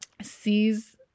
sees